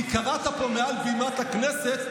כי קראת פה מעל בימת הכנסת בדיחה,